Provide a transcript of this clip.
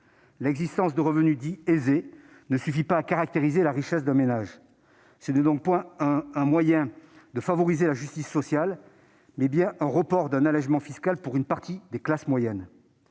l'existence de revenus dits « aisés » ne suffit pas à caractériser la richesse d'un ménage. Il s'agit donc non d'un moyen de favoriser la justice sociale, mais du report d'un allègement fiscal pour une partie des classes moyennes.